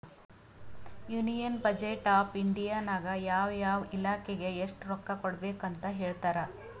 union budget of India ನಾಗ್ ಯಾವ ಯಾವ ಇಲಾಖೆಗ್ ಎಸ್ಟ್ ರೊಕ್ಕಾ ಕೊಡ್ಬೇಕ್ ಅಂತ್ ಹೇಳ್ತಾರ್